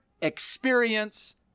experience